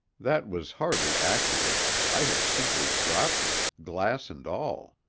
that was hardly accurate i had simply dropped it, glass and all.